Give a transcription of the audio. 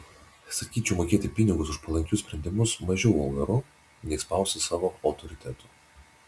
sakyčiau mokėti pinigus už palankius sprendimus mažiau vulgaru nei spausti savu autoritetu